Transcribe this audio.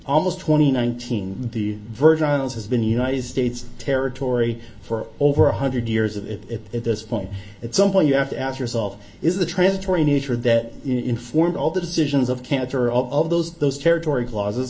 almost twenty nineteen the virgin islands has been united states territory for over one hundred years of it at this point at some point you have to ask yourself is the transitory nature that informed all the decisions of cantor all of those those territory clauses